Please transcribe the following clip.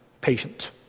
patient